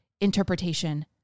interpretation